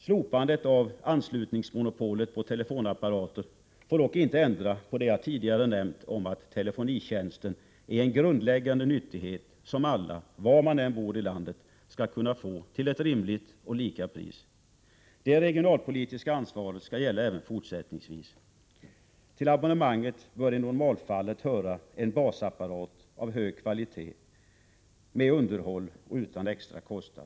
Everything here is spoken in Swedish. Slopandet av anslutningsmonopolet på telefonapparater får dock inte ändra på det jag tidigare nämnt om att telefonitjänsten är en grundläggande nyttighet som alla — var de än bor i landet — skall kunna få till ett rimligt och lika pris. Det regionalpolitiska ansvaret skall gälla även fortsättningsvis. Till abonnemanget bör i normalfallet höra en basapparat av hög kvalitet med underhåll utan extra kostnad.